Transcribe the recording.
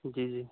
जी जी